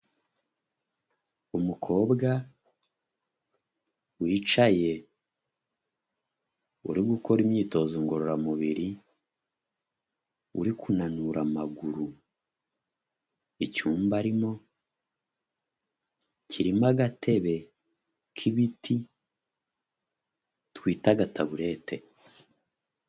Umukobwa wicaye uri gukora imyitozo ngororamubiri uri kunanura amaguru. Icyumba arimo kirimo agatebe k'ibiti twita agataburete.